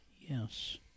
Yes